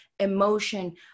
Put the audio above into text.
emotion